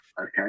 okay